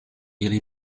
ili